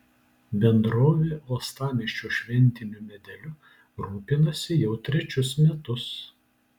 bendrovė uostamiesčio šventiniu medeliu rūpinasi jau trečius metus